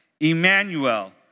Emmanuel